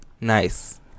nice